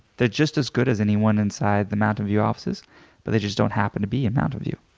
they're just as good as anyone inside the mountain view offices but they just don't happen to be in mountain view.